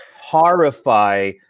horrify